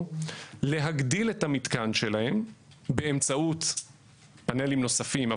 להגדיל את המתקן שלהם באמצעות פנלים נוספים,